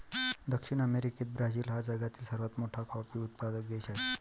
दक्षिण अमेरिकेत ब्राझील हा जगातील सर्वात मोठा कॉफी उत्पादक देश आहे